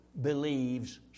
believes